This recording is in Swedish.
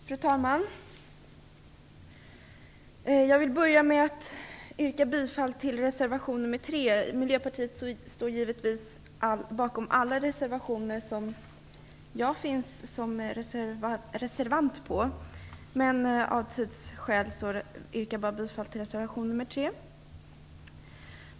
Fru talman! Jag vill börja med att yrka bifall till reservation nr 3. Miljöpartiet står givetvis bakom alla reservationer som jag har undertecknat, men av tidsskäl yrkar jag bifall bara till reservation nr 3.